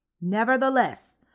Nevertheless